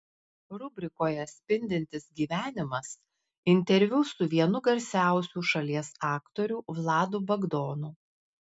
rubrikoje spindintis gyvenimas interviu su vienu garsiausių šalies aktorių vladu bagdonu